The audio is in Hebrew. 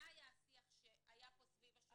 זה היה השיח שהתנהל סביב השולחן הזה.